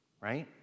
right